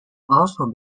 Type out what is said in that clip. also